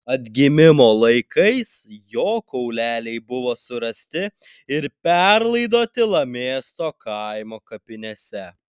atgimimo laikais jo kauleliai buvo surasti ir perlaidoti lamėsto kaimo kapinėse